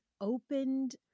opened